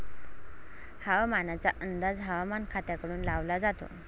हवामानाचा अंदाज हवामान खात्याकडून लावला जातो